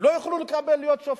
לא יוכלו להיות שופטים.